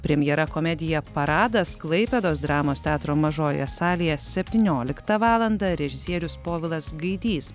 premjera komedija paradas klaipėdos dramos teatro mažojoje salėje septynioliktą valandą režisierius povilas gaidys